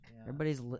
Everybody's